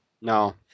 No